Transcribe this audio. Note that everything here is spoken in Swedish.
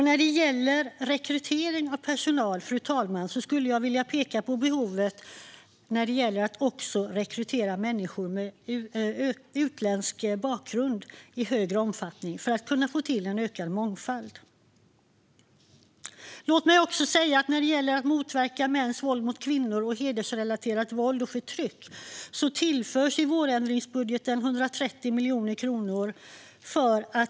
När det gäller rekrytering av personal, fru talman, skulle jag också vilja peka på behovet av att i större omfattning rekrytera människor med utländsk bakgrund. Det handlar om att få till en ökad mångfald. Låt mig också säga att det för att motverka mäns våld mot kvinnor och hedersrelaterat våld och förtryck tillförs 130 miljoner kronor i vårändringsbudgeten.